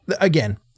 Again